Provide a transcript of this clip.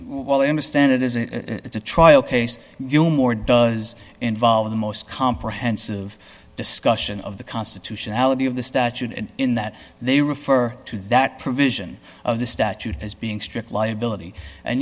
while i understand it isn't it's a trial case you more does involve the most comprehensive discussion of the constitutionality of the statute and in that they refer to that provision of the statute as being strict liability and